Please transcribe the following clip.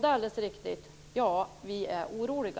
Det är alldeles riktigt. Vi är oroliga.